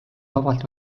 vabalt